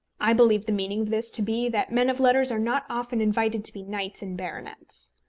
i believe the meaning of this to be that men of letters are not often invited to be knights and baronets.